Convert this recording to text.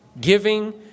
Giving